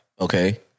Okay